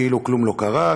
כאילו כלום לא קרה,